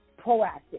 proactive